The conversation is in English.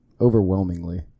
overwhelmingly